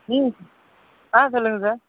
ம் ஆ சொல்லுங்க சார்